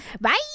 bye